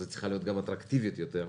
היא צריכה להיות גם אטרקטיבית יותר.